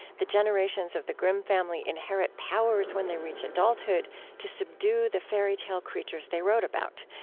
the generations of the grimm family inherit powers when they reach adulthood to subdue the fairy tale creatures they wrote about.